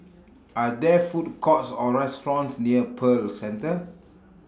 Are There Food Courts Or restaurants near Pearl Centre